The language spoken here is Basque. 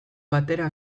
batera